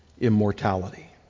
immortality